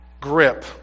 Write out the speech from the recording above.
grip